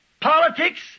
politics